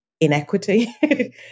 inequity